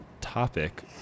topic